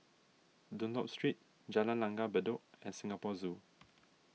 Dunlop Street Jalan Langgar Bedok and Singapore Zoo